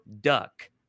Duck